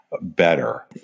better